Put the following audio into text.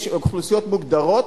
יש אוכלוסיות מוגדרות: